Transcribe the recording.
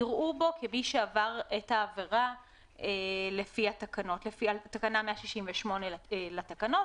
יראו בו כמי שעבר את העבירה לפי תקנה 168 לתקנות,